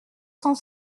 cent